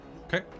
Okay